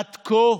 עד כה,